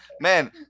Man